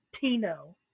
Tino